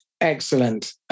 Excellent